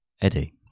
Eddie